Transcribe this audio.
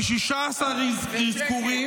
טוב שבאתם,